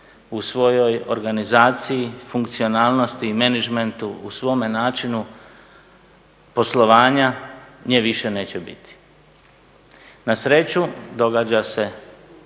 u svojoj organizaciji, funkcionalnosti i menadžmentu, u svome načinu poslovanja, nje više neće biti. Nasreću događa se